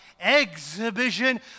exhibition